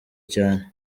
cyane